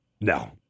No